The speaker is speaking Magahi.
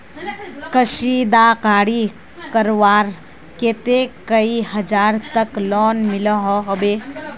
कशीदाकारी करवार केते कई हजार तक लोन मिलोहो होबे?